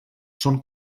són